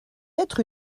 être